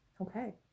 okay